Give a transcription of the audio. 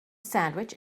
sandwich